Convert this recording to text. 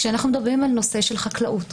כשאנחנו מדברים על נושא של חקלאות,